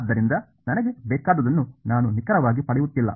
ಆದ್ದರಿಂದ ನನಗೆ ಬೇಕಾದುದನ್ನು ನಾನು ನಿಖರವಾಗಿ ಪಡೆಯುತ್ತಿಲ್ಲ